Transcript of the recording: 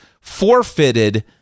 forfeited